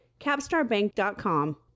CapstarBank.com